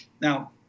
Now